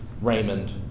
Raymond